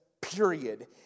period